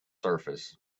surface